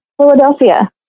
Philadelphia